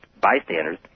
bystanders